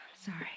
Sorry